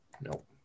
Nope